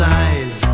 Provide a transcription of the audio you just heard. eyes